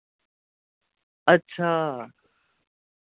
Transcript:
अच्छा